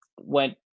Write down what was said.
went